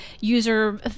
user